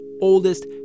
oldest